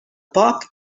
poc